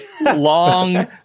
Long